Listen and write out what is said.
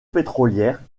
pétrolières